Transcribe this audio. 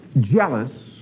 jealous